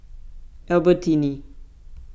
Albertini